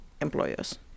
employers